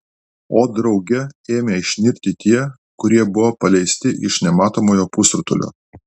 o drauge ėmė išnirti tie kurie buvo paleisti iš nematomojo pusrutulio